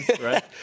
right